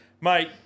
Mate